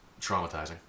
traumatizing